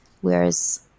whereas